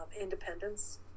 independence